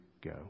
go